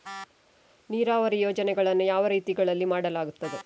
ನೀರಾವರಿ ಯೋಜನೆಗಳನ್ನು ಯಾವ ರೀತಿಗಳಲ್ಲಿ ಮಾಡಲಾಗುತ್ತದೆ?